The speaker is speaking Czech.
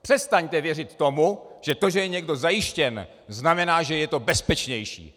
Přestaňte věřit tomu, že to, že je někdo zajištěn, znamená, že to je bezpečnější.